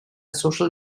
social